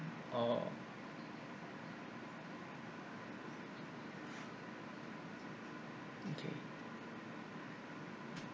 or okay